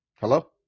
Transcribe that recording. Hello